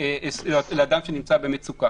לאדם שנמצא במצוקה.